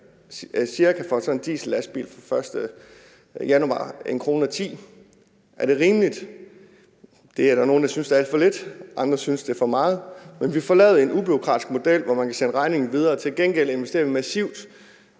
det for en diesellastbil fra den 1. januar er ca. 1,10 kr. Er det rimeligt? Der er nogle, der synes, det er alt for lidt, og andre, der synes, at det er for meget, men vi får lavet en ubureaukratisk model, hvor man kan sende regningen videre. Til gengæld investerer vi massivt